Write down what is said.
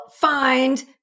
find